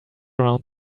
around